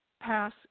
pass